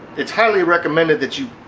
it's highly recommended that you